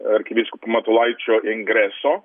arkivyskupo matulaičio ingreso